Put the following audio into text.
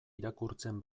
irakurtzen